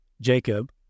Jacob